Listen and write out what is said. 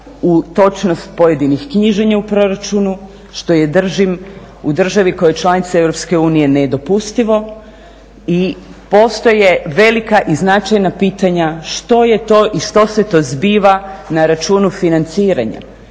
u točnost pojedinih knjiženja u proračunu, što je držim u državi koja je članica Europske unije nedopustivo i postoje velika i značajna pitanja što je to i što se to zbiva na računu financiranja.